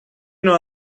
know